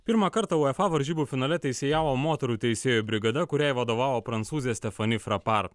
pirmą kartą uefa varžybų finale teisėjavo moterų teisėjų brigada kuriai vadovavo prancūzė stefani frapar